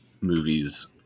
movies